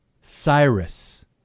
Cyrus